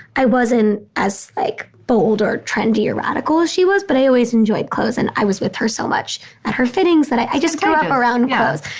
i wasn't as like bold or trendy or radical as she was. but i always enjoyed clothes. and i was with her so much at her fittings that i just grew kind of up around clothes.